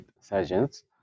surgeons